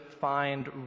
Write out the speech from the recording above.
find